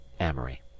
Amory